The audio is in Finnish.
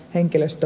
henkilöstö